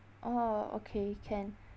oh okay can